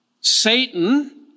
Satan